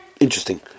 Interesting